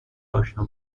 اشنا